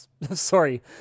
Sorry